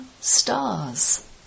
stars